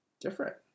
different